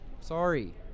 Sorry